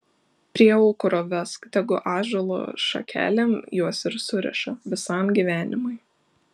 prie aukuro vesk tegu ąžuolo šakelėm juos ir suriša visam gyvenimui